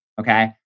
okay